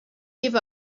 give